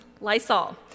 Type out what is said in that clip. Lysol